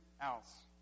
else